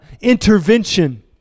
intervention